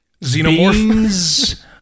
xenomorphs